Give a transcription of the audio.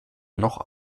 noch